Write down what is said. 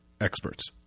experts